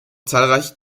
zahlreiche